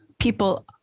People